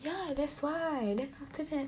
ya that's why then after that